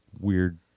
weird